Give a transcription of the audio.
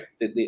right